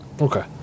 Okay